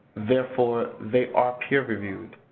therefore they are peer reviewed,